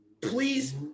Please